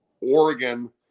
Oregon